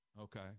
Okay